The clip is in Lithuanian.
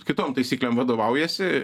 kitom taisyklėm vadovaujasi